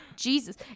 Jesus